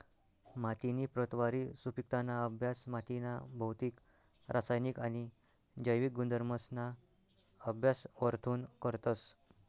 मातीनी प्रतवारी, सुपिकताना अभ्यास मातीना भौतिक, रासायनिक आणि जैविक गुणधर्मसना अभ्यास वरथून करतस